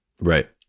right